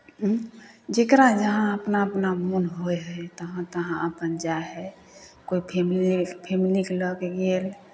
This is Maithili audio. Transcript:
जकरा जहाँ अपना अपना मोन होइ हइ तहाँ तहाँ अपन जाइ हइ कोइ फैमिली फैमिलीके लऽ कऽ गेल